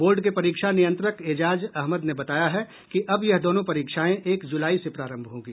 board के परीक्षा नियंत्रक एजाज़ अहमद ने बताया है कि अब यह दोनों परीक्षाएं एक जुलाई से प्रारंभ होगी